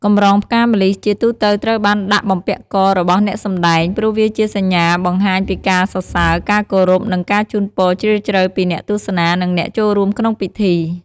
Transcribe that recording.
កម្រងផ្កាម្លិះ ជាទូទៅត្រូវបានដាក់បំពាក់ករបស់អ្នកសម្តែង ព្រោះវាជាសញ្ញាបង្ហាញពីការសរសើរ ការគោរព និងការជូនពរជ្រាលជ្រៅពីអ្នកទស្សនា និងអ្នកចូលរួមក្នុងពិធី។